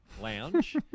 lounge